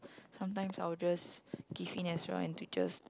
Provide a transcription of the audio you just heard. sometimes I'll just give in as well and to just